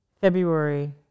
February